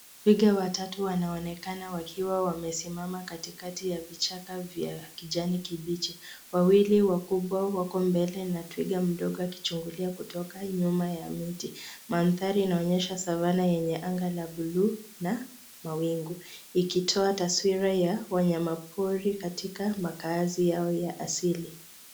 Twiga watatu wanaonekana wakiwa wamesimama katikati ya vichaka vya kijani kibichi. Wawili wakubwa wako mbele na twiga mdogo akichungulia kutoka nyuma ya mti. Mandhari inaonyesha savana yenye anga la bluu na mawingu ikitoa taswira ya wanyamapori katika makazi yao ya asili.